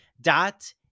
dot